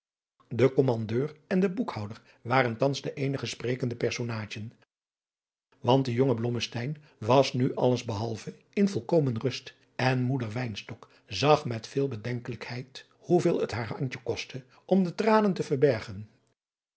de kommandeur en de boekhouder waren thans de eenige sprekende personaadjen want de jonge blommesteyn was nu alles behalve in volkomen rust en moeder wynstok zag met veel bedenkelijkheid hoeveel het haar antje kostte om de tranen te verbergen